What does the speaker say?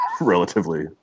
relatively